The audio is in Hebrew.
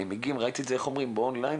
ראיתי את זה באון-ליין.